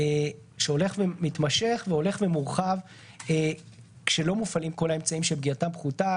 שהולך ומתמשך והולך ומורחב כשלא מופעלים כל האמצעים שפגיעתם פחותה.